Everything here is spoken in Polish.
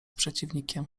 przeciwnikiem